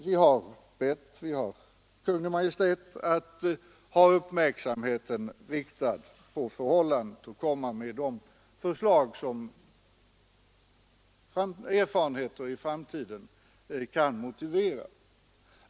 Vi har bett Kungl. Maj:t ha uppmärksamheten riktad på förhållandet och framlägga de förslag som erfarenheterna i framtiden kan motivera.